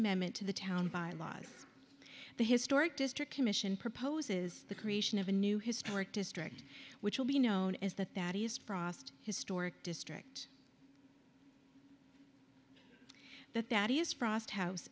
amendment to the town bylaws the historic district commission proposes the creation of a new historic district which will be known as that that is frost historic district that that is frost house